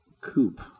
coupe